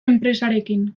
enpresarekin